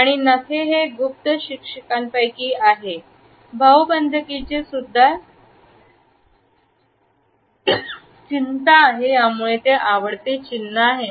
आणि नखे हे गुप्त शिक्षकांपैकी आहे हे भाऊबंदकीचे सुद्धा चिंता आहे त्यामुळे हे आवडते चिन्ह आहे